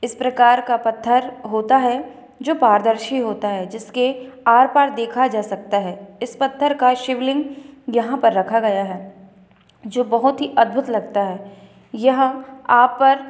इस प्रकार का पत्थर होता है जो पारदर्शी होता है जिसके आर पार देखा जा सकता है इस पत्थर का शिवलिंग यहाँ पर रखा गया है जो बहुत ही अद्भुत लगता है यह आप पर